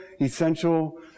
essential